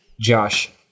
Josh